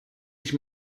ich